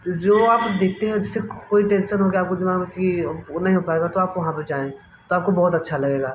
जो आप देखते हैं जैसे कोई टेंशन हो गया आपको दिमाग़ में कि अब वो नहीं हो पाएगा तो आप वहाँ पर जाएँ तो आपको बहुत अच्छा लगेगा